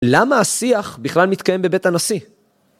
למה השיח בכלל מתקיים בבית הנשיא?